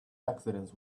accidents